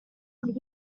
would